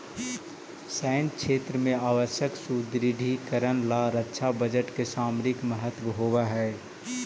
सैन्य क्षेत्र में आवश्यक सुदृढ़ीकरण ला रक्षा बजट के सामरिक महत्व होवऽ हई